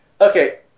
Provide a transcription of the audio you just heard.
Okay